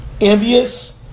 envious